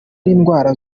n’indwara